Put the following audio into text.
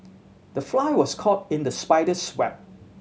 the fly was caught in the spider's web